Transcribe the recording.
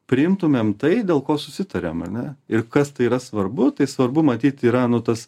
priimtumėm tai dėl ko susitariam ar ne ir kas tai yra svarbu tai svarbu matyt yra nu tas